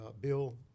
Bill